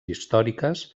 històriques